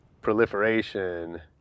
proliferation